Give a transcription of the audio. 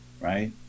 Right